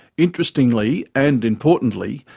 interestingly, and importantly,